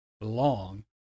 long